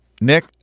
Nick